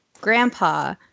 grandpa